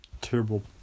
Terrible